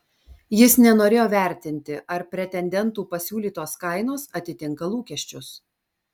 jis nenorėjo vertinti ar pretendentų pasiūlytos kainos atitinka lūkesčius